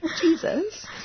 Jesus